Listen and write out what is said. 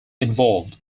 involved